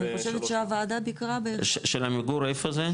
אני חושבת שהוועדה ביקרה ב- של עמיגור איפה זה?